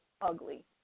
ugly